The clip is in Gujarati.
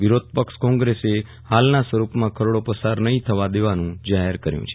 વિરોધ પક્ષ કોગ્રેસે હાલના સ્વરૂપમાં ખરડો પસાર નહી થવા દેવાનું જાહેર કરેલ છે